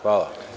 Hvala.